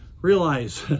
Realize